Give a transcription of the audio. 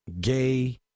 gay